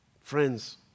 Friends